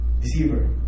Deceiver